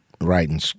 writing